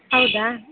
ಹೌ್ದಾ